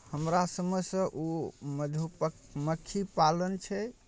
हमरा समझसँ ओ मधु प् मक्खी पालन छै